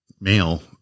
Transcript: male